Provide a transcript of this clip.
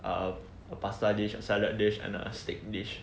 err a pasta dish a salad dish and a steak dish